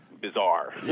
bizarre